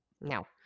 No